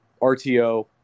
RTO